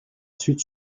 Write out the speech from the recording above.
suite